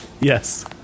Yes